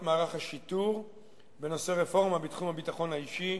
מערך השיטור בנושא רפורמה בתחום הביטחון האישי,